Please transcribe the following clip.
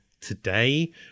today